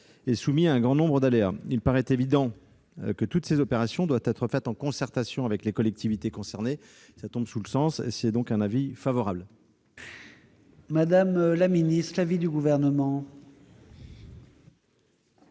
et soumis à un grand nombre d'aléas. Il paraît évident que toutes ces opérations doivent être menées en concertation avec les collectivités concernées. La commission émet donc un avis favorable sur cet amendement. Quel est l'avis du Gouvernement